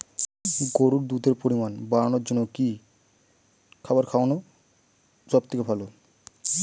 গরুর দুধের পরিমাণ বাড়ানোর জন্য কি খাবার খাওয়ানো সবথেকে ভালো?